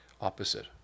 opposite